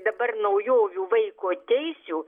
dabar naujovių vaiko teisių